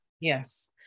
Yes